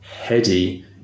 Heady